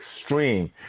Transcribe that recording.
extreme